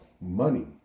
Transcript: money